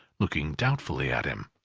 looking doubtfully at him.